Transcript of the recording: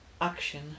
Action